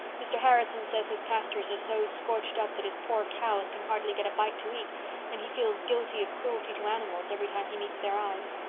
mr. harrison says his pastures are so scorched up that his poor cows can hardly get a bite to eat and he feels guilty of cruelty to animals every time he meets their eyes.